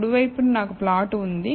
కుడి వైపున నాకు ప్లాట్లు ఉంది